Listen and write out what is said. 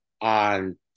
on